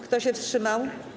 Kto się wstrzymał?